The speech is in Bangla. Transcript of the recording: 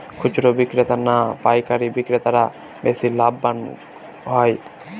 খুচরো বিক্রেতা না পাইকারী বিক্রেতারা বেশি লাভবান হয়?